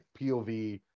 pov